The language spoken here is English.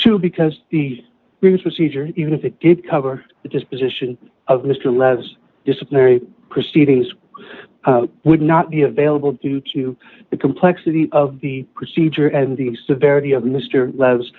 to because these things procedures even if it did cover just position of mr less disciplinary proceedings would not be available due to the complexity of the procedure and the severity of mr l